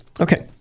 Okay